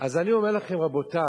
אז אני אומר לכם, רבותי: